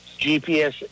GPS